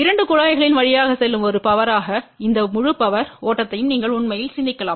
இரண்டு குழாய்களின் வழியாக செல்லும் ஒரு பவர்யாக இந்த முழு பவர் ஓட்டத்தையும் நீங்கள் உண்மையில் சிந்திக்கலாம்